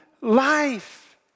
life